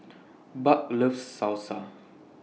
Buck loves Salsa